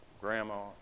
grandma